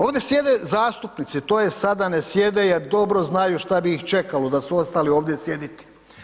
Ovdje sjede zastupnici tj. sada ne sjede jer dobro znaju šta bi ih čekalo da su ostali ovdje sjediti.